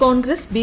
Congress B